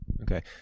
Okay